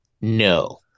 No